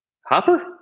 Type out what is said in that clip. Hopper